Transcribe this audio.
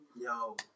Yo